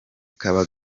kaba